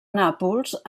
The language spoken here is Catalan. nàpols